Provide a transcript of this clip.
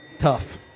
tough